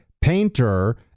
painter